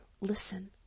Listen